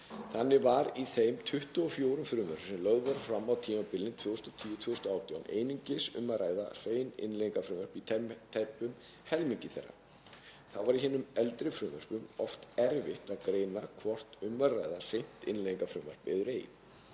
Þannig var í þeim 24 frumvörpum sem lögð voru fram á tímabilinu 2010–2018 einungis um að ræða hrein innleiðingarfrumvörp í tæpum helmingi þeirra. Þá var í hinum eldri frumvörpum oft erfitt að greina hvort um væri að ræða hreint innleiðingarfrumvarp eður